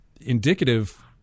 indicative –